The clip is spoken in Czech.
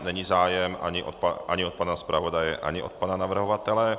Není zájem ani od pana zpravodaje, ani od pana navrhovatele.